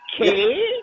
Okay